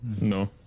No